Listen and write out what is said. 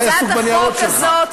אתה עסוק בניירות שלך.